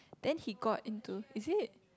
then got into is it